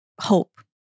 hope